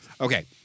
Okay